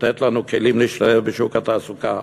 לתת לנו כלים להשתלב בשוק התעסוקה.